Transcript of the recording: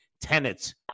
tenets